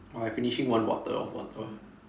!wah! I finishing one bottle of water